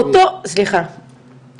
סליחה,